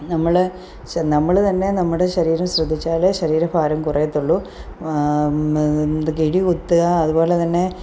നമ്മൾ ശ് നമ്മൾ തന്നെ നമ്മുടെ ശരീരം ശ്രദ്ധിച്ചാലേ ശരീരഭാരം കുറയുള്ളൂ കിഴി കുത്തുക അതുപോലെ തന്നെ